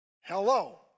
Hello